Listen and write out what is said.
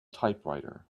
typewriter